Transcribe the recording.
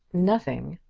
nothing!